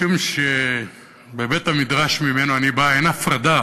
משום שבבית-המדרש שממנו אני בא אין הפרדה